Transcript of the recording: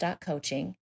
Coaching